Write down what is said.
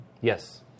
Yes